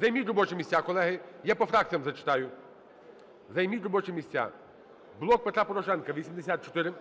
Займіть робочі місця, колеги, я по фракціях зачитаю. Займіть робочі місця. "Блок Петра Порошенка" – 84,